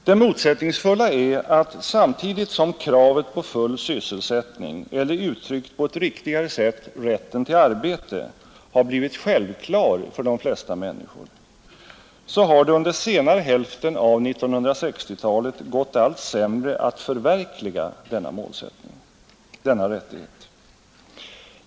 Det motsättningsfulla är att samtidigt som kravet på full sysselsättning — eller, uttryckt på ett riktigare sätt, rätten till arbete — blivit självklar för de flesta människor, så har det under senare hälften av 1960-talet gått allt sämre att förverkliga denna målsättning, denna rättighet.